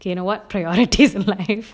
okay you know what try your autism life